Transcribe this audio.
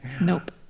Nope